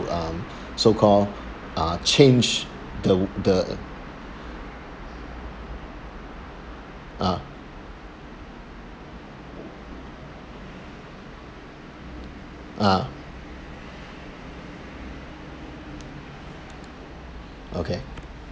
uh so-called uh change the w~ the uh uh okay